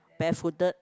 bare footed